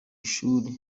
ishuri